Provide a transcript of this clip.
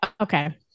Okay